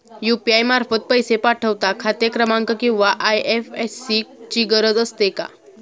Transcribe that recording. UPI मार्फत पैसे पाठवता खाते क्रमांक किंवा आय.एफ.एस.सी ची गरज असते का?